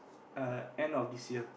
uh end of this year